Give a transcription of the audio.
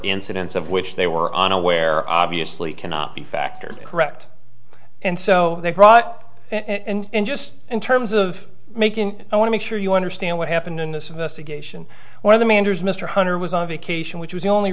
incidents of which they were on aware obviously cannot be factored correct and so they brought up and just in terms of making i want to make sure you understand what happened in this investigation one of the managers mr hunter was on vacation which was the only